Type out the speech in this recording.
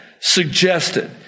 suggested